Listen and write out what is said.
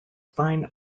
fine